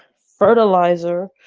fertilizer